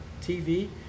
TV